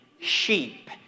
sheep